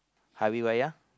Hari Raya